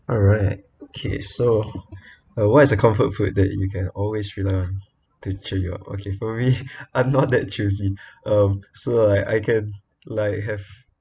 alright okay so uh what is a comfort food that you can always rely on to cheer you up okay for me I'm not that choosy um so like I can like have